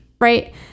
right